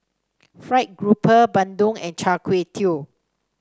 fried grouper bandung and Char Kway Teow